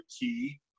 key